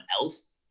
else